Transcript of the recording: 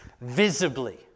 visibly